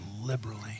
liberally